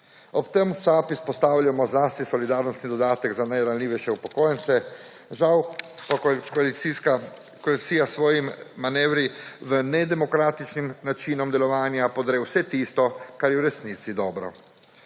Ob tem v SAB izpostavljamo zlasti solidarnostni dodatek za najranljivejše upokojence. Žal koalicija s svojimi manevri v nedemokratičnim načinom delovanja podre vse tisto, kar je v resnici dobro.